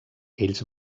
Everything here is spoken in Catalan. ells